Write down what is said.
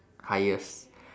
highest